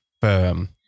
firm